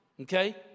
okay